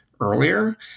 earlier